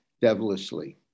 devilishly